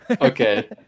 okay